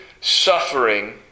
suffering